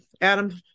Adam